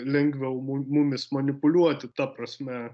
lengviau mu mumis manipuliuoti ta prasme